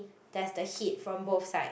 there's the heat from both side